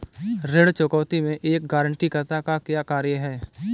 ऋण चुकौती में एक गारंटीकर्ता का क्या कार्य है?